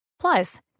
Plus